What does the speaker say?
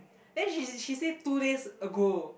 then she she say two days ago